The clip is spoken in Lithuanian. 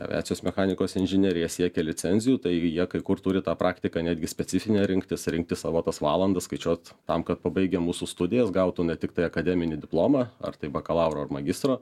aviacijos mechanikos inžinieriai jie siekia licenzijų taigi jie kai kur turi tą praktiką netgi specifinę rinktis rinktis savo tas valandas skaičiuoti tam kad pabaigę mūsų studijas gautų ne tiktai akademinį diplomą ar tai bakalauro ar magistro